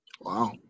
Wow